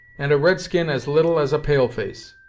and a red-skin as little as a pale-face.